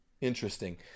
interesting